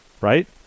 right